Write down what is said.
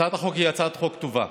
הצעת החוק היא הצעת חוק טובה,